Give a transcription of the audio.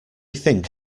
think